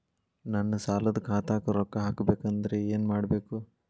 ನನ್ನ ಸಾಲದ ಖಾತಾಕ್ ರೊಕ್ಕ ಹಾಕ್ಬೇಕಂದ್ರೆ ಏನ್ ಮಾಡಬೇಕು?